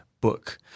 book